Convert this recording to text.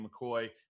McCoy